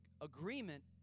agreement